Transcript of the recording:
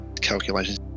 calculations